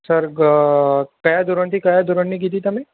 sir કયા ધોરણથી કયા ધોરણની કીધી તમે